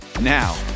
Now